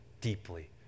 deeply